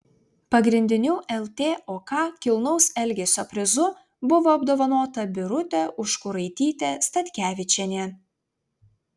pagrindiniu ltok kilnaus elgesio prizu buvo apdovanota birutė užkuraitytė statkevičienė